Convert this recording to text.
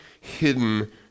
hidden